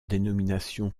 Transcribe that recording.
dénomination